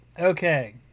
Okay